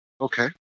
Okay